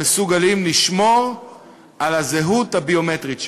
מסוגלים לשמור על הזהות הביומטרית שלו.